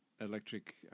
Electric